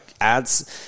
ads